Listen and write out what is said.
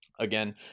Again